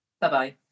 Bye-bye